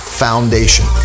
Foundation